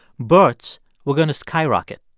births were going to skyrocket.